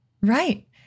Right